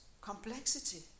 complexity